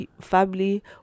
family